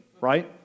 right